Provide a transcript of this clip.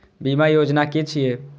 बीमा योजना कि छिऐ?